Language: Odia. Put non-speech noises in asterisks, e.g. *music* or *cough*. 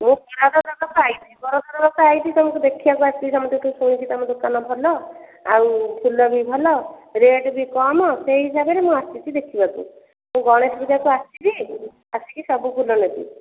ମୁଁ *unintelligible* ଆସିଛି *unintelligible* ତେଣୁକରି ଦେଖିବକୁ ଆସିଛି ସମସ୍ତଙ୍କଠୁ ଶୁଣିଛି ତମ ଦୋକାନ ଭଲ ଆଉ ଫୁଲ ବି ଭଲ ରେଟ ବି କମ ସେଇ ହିସାବରେ ମୁଁ ଆସିଛି ଦେଖିବାକୁ କିନ୍ତୁ ଗଣେଶ ପୂଜାକୁ ଆସିବି ଆସିକି ସବୁ ଫୁଲ ନେବି